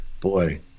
Boy